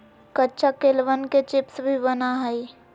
कच्चा केलवन के चिप्स भी बना हई